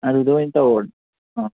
ꯑꯗꯨꯗ ꯑꯣꯏꯅ ꯇꯧ ꯑꯥ